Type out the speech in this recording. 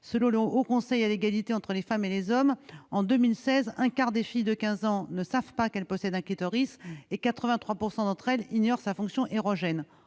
Selon le Haut Conseil à l'égalité entre les femmes et les hommes, en 2016, un quart des filles de 15 ans ne savaient pas qu'elles possédaient un clitoris et 83 % d'entre elles ignoraient sa fonction érogène.